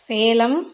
Salem